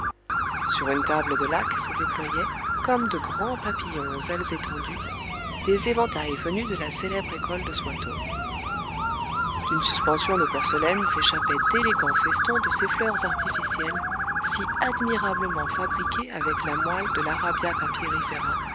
sur une table de laque se déployaient comme de grands papillons aux ailes étendues des éventails venus de la célèbre école de swatow d'une suspension de porcelaine s'échappaient d'élégants festons de ces fleurs artificielles si admirablement fabriquées avec la moelle de